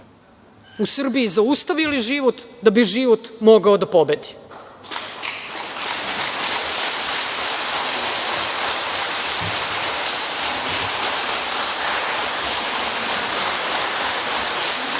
u Srbiji zaustavili život da bi život mogao da pobedi.